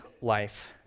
life